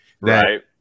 right